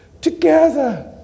together